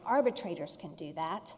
arbitrators can do that